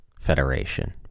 federation